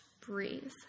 breathe